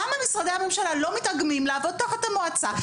למה משרדי הממשלה לא מתואמים לעבוד תחת המועצה?